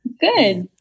Good